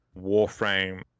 Warframe